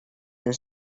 and